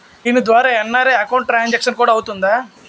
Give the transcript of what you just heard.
దీని ద్వారా N R I account transaction కూడా అవుతుందా?